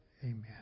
Amen